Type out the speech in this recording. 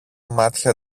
μάτια